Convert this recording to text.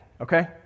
okay